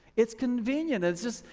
it's convenient. it's just,